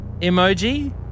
emoji